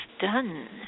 done